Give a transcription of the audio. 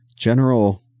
general